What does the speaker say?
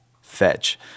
fetch